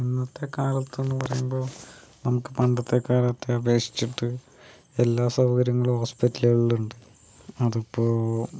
ഇന്നത്തെ കാലത്ത് എന്ന് പറയുമ്പോൾ നമുക്ക് പണ്ടത്തെ കാലത്തേ അപേക്ഷിച്ചിട്ട് എല്ലാ സൗകര്യങ്ങളും ഹോസ്പിറ്റലുകളിൽ ഉണ്ട് അതിപ്പോൾ